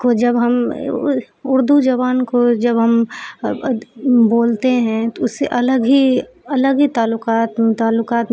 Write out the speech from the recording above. کو جب ہم اردو زبان کو جب ہم بولتے ہیں تو اس سے الگ ہی الگ ہی تعلقات تعلقات